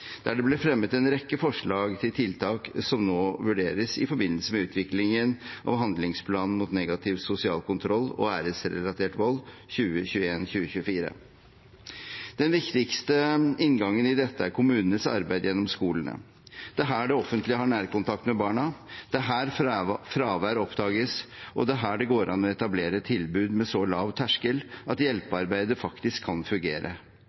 der det ble fremmet en rekke forslag til tiltak som nå vurderes i forbindelse med utviklingen av handlingsplanen mot negativ sosial kontroll og æresrelatert vold 2021–2024. Den viktigste inngangen til dette er kommunenes arbeid gjennom skolene. Det er her det offentlige har nærkontakt med barna, det er her fravær oppdages, og det er her det går an å etablere tilbud med så lav terskel at hjelpearbeidet faktisk kan fungere.